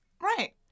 right